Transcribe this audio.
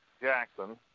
Jackson